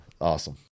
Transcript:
Awesome